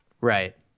Right